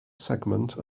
segment